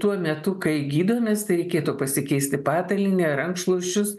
tuo metu kai gydomės tai reikėtų pasikeisti patalynę rankšluosčius